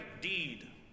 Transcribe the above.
deed